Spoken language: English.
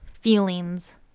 feelings